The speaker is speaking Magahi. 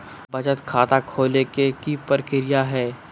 बचत खाता खोले के कि प्रक्रिया है?